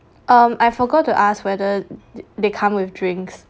um I forgot to ask whether they come with drinks